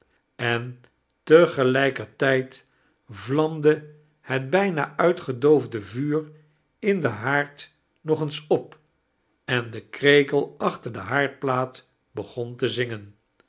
en te gelijkertijd vlamde het bijna uitgedoofde vuur in den haard nog eens op en de krekel achter de haardplaat begon te zingen